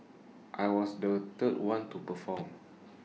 I was the third one to perform